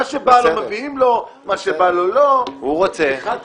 מה שבא לו מביאים לו, מה שלא בא לו, לא.